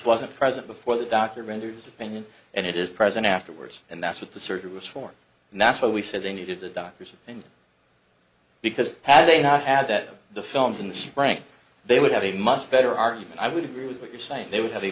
wasn't present before the doctor venders opinion and it is present afterwards and that's what the surgery was for and that's what we said they needed the doctors in because had they not had that of the films in the spring they would have a much better argument i would agree with what you're saying they would have a